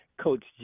Coach